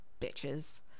Bitches